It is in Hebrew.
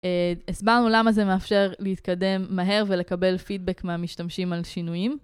הסברנו למה זה מאפשר להתקדם מהר ולקבל פידבק מהמשתמשים על שינויים.